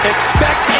Expect